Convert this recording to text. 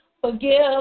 forgive